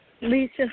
Lisa